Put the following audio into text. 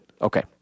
Okay